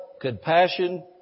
compassion